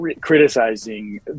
criticizing